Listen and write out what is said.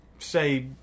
Say